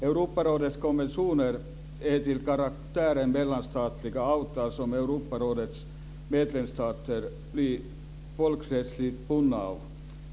Europarådets konventioner är till sin karaktär mellanstatliga avtal som Europarådets medlemsstater blir folkrättsligt bundna av.